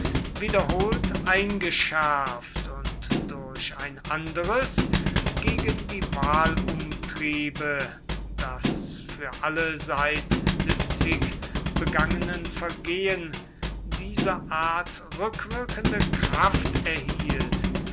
wiederholt eingeschärft und durch ein anderes gegen die wahlumtriebe das für alle seit begangenen vergehen dieser art rückwirkende kraft erhielt